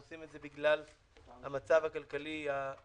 אנחנו עושים את זה בגלל המצב הכלכלי הקיים,